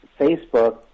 Facebook